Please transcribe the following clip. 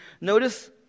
notice